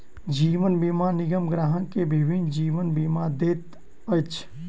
जीवन बीमा निगम ग्राहक के विभिन्न जीवन बीमा दैत अछि